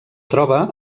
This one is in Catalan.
troba